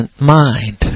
mind